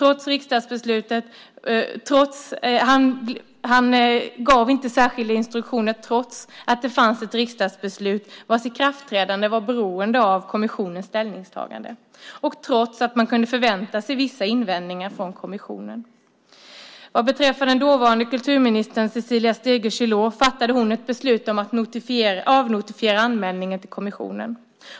Han gav inte särskilda instruktioner, trots att det fanns ett riksdagsbeslut, vars ikraftträdande var beroende av kommissionens ställningstagande, och trots att man kunde förvänta sig vissa invändningar från kommissionen. Dåvarande kulturminister Cecilia Stegö Chilò fattade ett beslut om att avnotifiera anmälningen till kommissionen.